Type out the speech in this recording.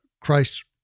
Christ